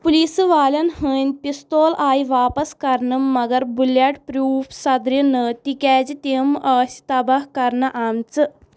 پُلیٖسہٕ والین ہٕندۍ پِستول آیہِ واپس کرنہٕ مَگر بُلیٚٹ پروٗف صدرٕ نے تِکیازِ تِم ٲس تباہ كرنہٕ آمژٕ